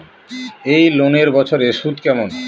এই লোনের বছরে সুদ কেমন?